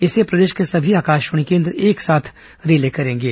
इसे प्रदेश के सभी आकाशवाणी केन्द्र एक साथ रिले करेंगे